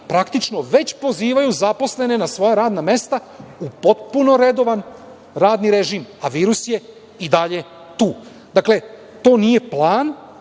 praktično već pozivaju zaposlene na svoja radna mesta u potpuno redovan radni režim, a virus je i dalje tu. Dakle, to nije plan.